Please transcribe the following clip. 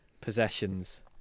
possessions